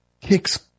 kicks